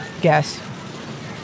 guess